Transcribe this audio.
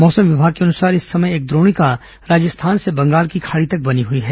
मौसम विभाग के अनुसार इस समय एक द्रोणिका राजस्थान से बंगाल की खाड़ी तक बनी हुई है